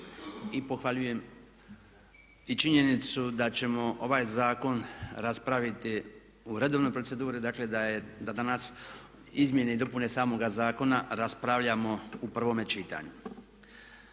Pohvaljujem i činjenicu da ćemo ovaj zakon raspraviti u redovnoj proceduri, dakle da danas izmjene i dopune samoga zakona raspravljamo u prvome čitanju.